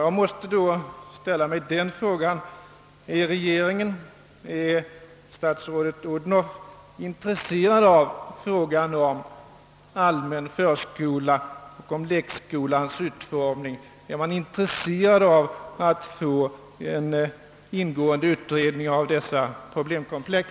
Jag måste därför fråga: Är statsrådet fru Odhnoff och regeringen i övrigt intresserade av frågan om allmän förskola och lekskolans utformning? Är man intresserad av att få en ingående utredning av detta problemkomplex?